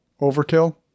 overkill